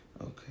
Okay